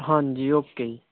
ਹਾਂਜੀ ਓਕੇ ਜੀ